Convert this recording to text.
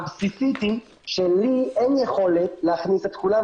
--- תוך התייחסות לעובדה הבסיסית היא שלי אין יכולת להכניס את כולם,